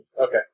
okay